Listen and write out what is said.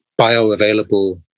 bioavailable